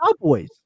Cowboys